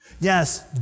Yes